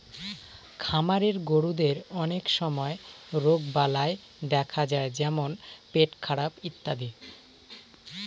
খামারের গরুদের অনেক সময় রোগবালাই দেখা যায় যেমন পেটখারাপ ইত্যাদি